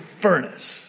furnace